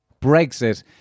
Brexit